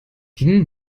gingen